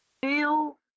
feel